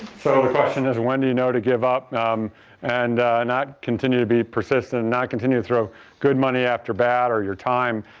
so the question is when do you know to give up and not continue to be persistent, and not continue to throw good money after bad or your time.